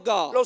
God